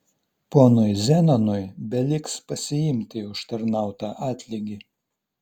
ponui zenonui beliks pasiimti užtarnautą atlygį